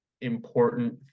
important